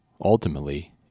ultimately